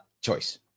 choice